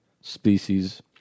species